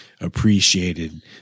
appreciated